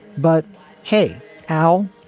but hey, al,